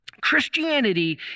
Christianity